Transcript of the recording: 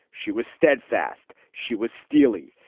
she was steadfast. she was steely.